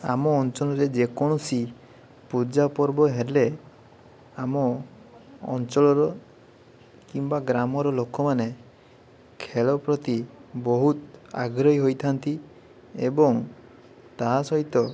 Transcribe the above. ଆମ ଅଞ୍ଚଳରେ ଯେ କୌଣସି ପୂଜାପର୍ବ ହେଲେ ଆମ ଅଞ୍ଚଳର କିମ୍ବା ଗ୍ରାମର ଲୋକମାନେ ଖେଳ ପ୍ରତି ବହୁତ ଆଗ୍ରହୀ ହୋଇଥାନ୍ତି ଏବଂ ତା ସହିତ